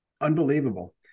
Unbelievable